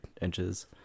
inches